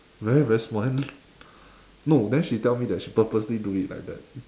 very very small then no then she tell me that she purposely do it like that